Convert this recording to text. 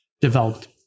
developed